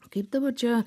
kaip dabar čia